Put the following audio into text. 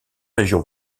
régions